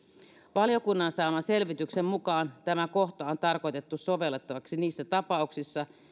valiokunnan saaman selvityksen mukaan tämä kohta on tarkoitettu sovellettavaksi niissä tapauksissa